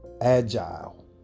agile